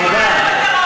תודה.